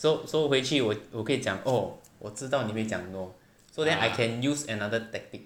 so so 回去我我可以讲 oh 我知道你会讲 no so then I can use another tactic